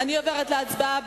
אני עוברת להצבעה.